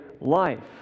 life